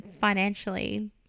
financially